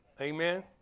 Amen